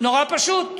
נורא פשוט.